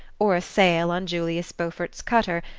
or a sail on julius beaufort's cutter,